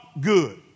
good